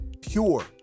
pure